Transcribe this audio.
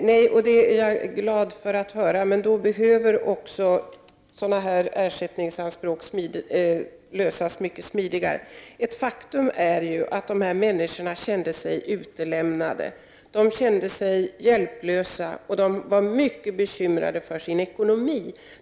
Herr talman! Jag är glad över att höra det. Men dessa ersättningsanspråk behöver kunna tillgodoses mycket smidigare. Ett faktum är att dessa människor kände sig utlämnade, hjälplösa, och de var mycket bekymrade för sin ekonomi.